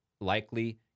likely